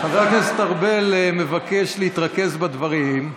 חבר הכנסת ארבל מבקש להתרכז בדברים,